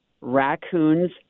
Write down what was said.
raccoons